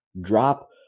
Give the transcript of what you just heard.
drop